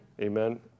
Amen